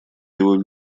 его